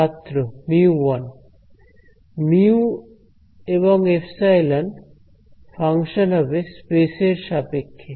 ছাত্র μ1 ε এবং μ ফাংশান হবে স্পেস এর সাপেক্ষে